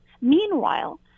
Meanwhile